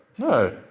no